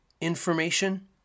information